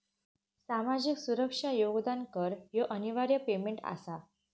सामाजिक सुरक्षा योगदान कर ह्यो अनिवार्य पेमेंट आसा